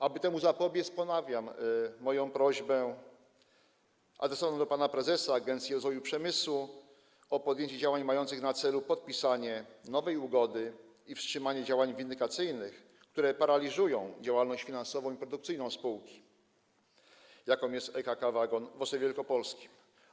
Aby temu zapobiec, ponawiam moją prośbę adresowaną do pana prezesa Agencji Rozwoju Przemysłu o podjęcie działań mających na celu podpisanie nowej ugody i wstrzymanie działań windykacyjnych, które paraliżują działalność finansową i produkcyjną spółki, jaką jest EKK Wagon w Ostrowie Wielkopolskim.